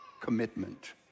commitment